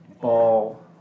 Ball